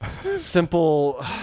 Simple